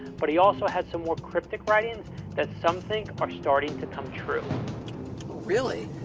but he also had some more cryptic writings that some think are starting to come true really?